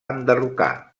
enderrocar